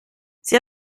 sie